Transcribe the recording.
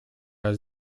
has